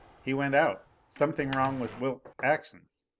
he went out something wrong with wilks' actions